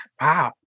wow